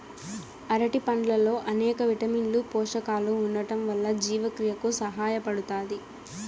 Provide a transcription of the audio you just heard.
అరటి పండ్లల్లో అనేక విటమిన్లు, పోషకాలు ఉండటం వల్ల జీవక్రియకు సహాయపడుతాది